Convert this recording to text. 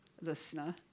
listener